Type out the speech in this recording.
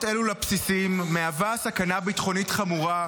אלו לבסיסים מהוות סכנה ביטחונית חמורה,